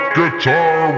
Guitar